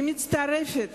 אני מצטרפת